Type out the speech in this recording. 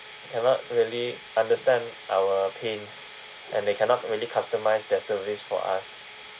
cannot really understand our pains and they cannot really customise their service for us